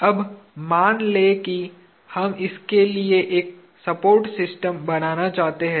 अब मान लें कि हम इसके लिए एक सपोर्ट सिस्टम बनाना चाहते हैं